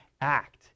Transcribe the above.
act